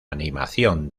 animación